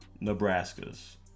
Nebraska's